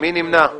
הצבעה בעד,